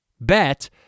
bet